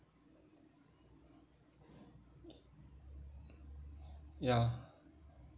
ya